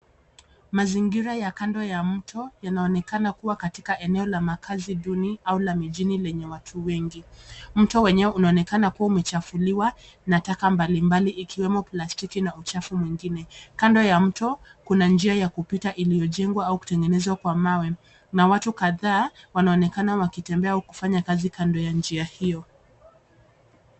Mazingira ya kando ya mto yanaonekana kuwa katika eneo la makazi duni au la mijini lenye watu wengi. Mto wenyewe unaonekana kuwa umechafuka na taka mbalimbali ikiwemo plastiki na uchafu mwingine. Kando ya mto kuna njia ya kupita iliyojengwa au kutengenezwa kwa mawe, na watu kadhaa wanaonekana wakitembea au kufanya kazi kando ya njia hiyo.